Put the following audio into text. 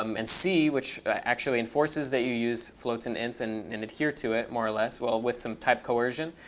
um and c, which actually enforces that you use floats and ints and and adhere to it more or less, well, with some type coercion,